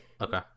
Okay